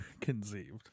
conceived